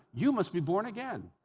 you must be born again.